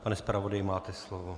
Pane zpravodaji, máte slovo.